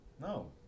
No